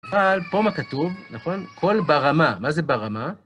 אבל פה מה כתוב, נכון? קול ברמה. מה זה ברמה?